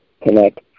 connect